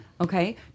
okay